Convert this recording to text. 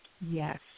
Yes